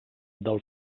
del